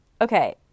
okay